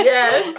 Yes